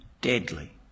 deadly